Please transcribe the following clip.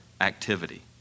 activity